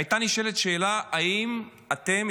הייתה נשאלת שאלה: האם אתם,